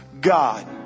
God